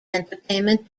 entertainment